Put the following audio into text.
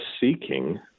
seeking